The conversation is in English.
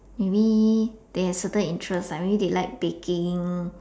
maybe they have certain interest like maybe they like baking